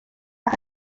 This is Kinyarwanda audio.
hano